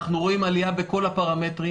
אנחנו רואים עלייה בכל הפרמטרים,